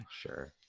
Sure